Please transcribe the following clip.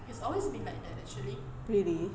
really